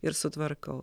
ir sutvarkau